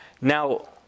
Now